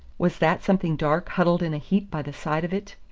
was that something dark huddled in a heap by the side of it?